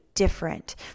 different